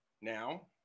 Now